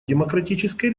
демократической